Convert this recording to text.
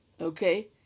okay